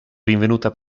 rinvenuta